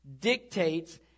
dictates